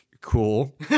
cool